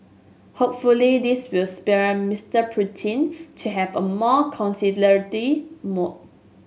hopefully this will spur Mister Putin to have a more conciliatory mood